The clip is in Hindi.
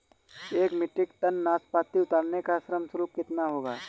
एक मीट्रिक टन नाशपाती उतारने का श्रम शुल्क कितना होगा?